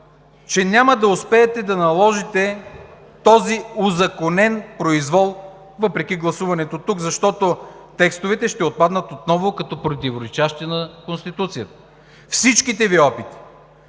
че няма да успеете да наложите този узаконен произвол, въпреки гласуването тук, защото текстовете ще отпаднат отново като противоречащи на Конституцията. На всичките Ви опити